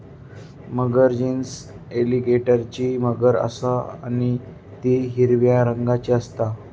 मगर genus एलीगेटरची मगर असा आणि ती हिरव्या रंगाची असता